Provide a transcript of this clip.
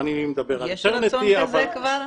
אני מדבר על --- יש רצון כזה כבר?